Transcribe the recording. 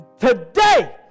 today